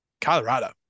Colorado